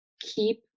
keep